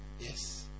Yes